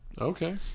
Okay